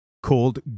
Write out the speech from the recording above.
called